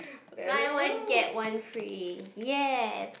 buy one get one free yes